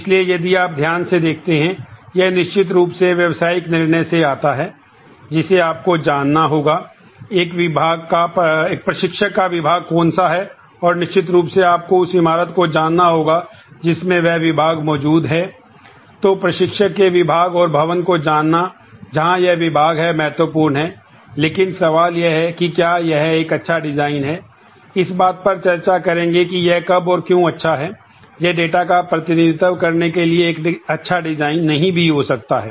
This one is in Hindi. इसलिए यदि आप ध्यान से देखते हैं यह निश्चित रूप से व्यावसायिक निर्णय से आता है जिसे आपको जानना होगा एक प्रशिक्षक का विभाग कौन सा है और निश्चित रूप से आपको उस इमारत को जानना होगा जिसमें वह विभाग मौजूद है तो प्रशिक्षक के विभाग और भवन को जानना जहां यह विभाग है महत्वपूर्ण है लेकिन सवाल यह है कि क्या यह एक अच्छा डिजाइन है इस बात पर चर्चा करेंगे कि यह कब और क्यों अच्छा है यह डेटा का प्रतिनिधित्व करने के लिए एक अच्छा डिज़ाइन नहीं भी हो सकता है